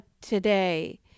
today